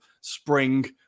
spring